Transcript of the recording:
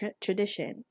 tradition